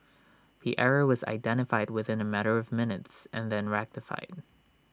the error was identified within A matter of minutes and then rectified